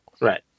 Right